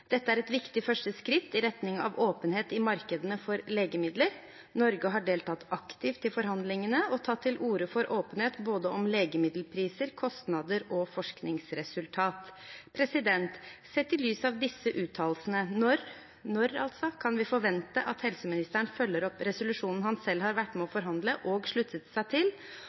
Dette er et viktig første skritt i retning av åpenhet i markedene for legemidler. Norge har deltatt aktivt i forhandlingene og tatt til orde for åpenhet både om legemiddelpriser, kostnader og forskningsresultater.» Sett i lys av disse uttalelsene: Når kan vi forvente at helseministeren følger opp resolusjonen han selv har vært med på å forhandle og sluttet seg til,